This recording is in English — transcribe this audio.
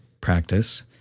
practice